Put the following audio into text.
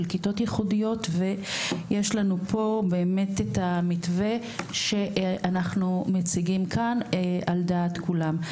כיתות ייחודיות ויש לנו פה באמת את המתווה שאנחנו מציגים כאן על דעת כולם.